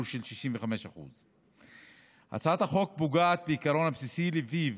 של 65%. הצעת החוק פוגעת בעיקרון הבסיסי שלפיו